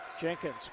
Jenkins